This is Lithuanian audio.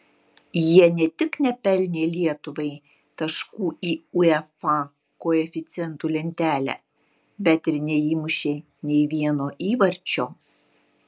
jie ne tik nepelnė lietuvai taškų į uefa koeficientų lentelę bet ir neįmušė nė vieno įvarčio